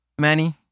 Manny